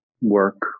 work